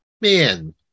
man